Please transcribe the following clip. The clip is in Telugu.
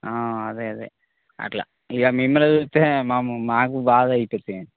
అదే అదే అట్లా ఇక మిమ్మల్ని చూస్తే మాము మాకు బాధ అవుతుంది